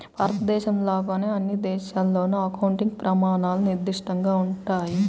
భారతదేశంలో లాగానే అన్ని దేశాల్లోనూ అకౌంటింగ్ ప్రమాణాలు నిర్దిష్టంగా ఉంటాయి